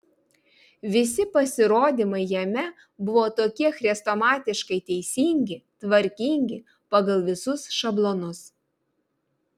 visi pasirodymai jame buvo tokie chrestomatiškai teisingi tvarkingi pagal visus šablonus